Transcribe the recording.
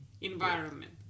environment